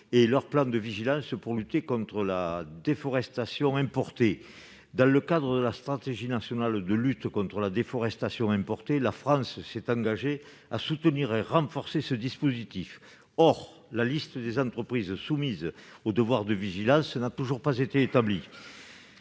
qu'elles adoptent pour lutter contre la déforestation importée. Dans le cadre de la stratégie nationale de lutte contre la déforestation importée, la France s'est engagée à soutenir et à renforcer ce dispositif. Or la liste des entreprises soumises au devoir de vigilance n'a toujours pas été établie.